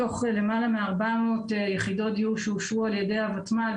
מתוך למעלה מ-400 יחידות דיור שאושרו על-ידי הוותמ"ל,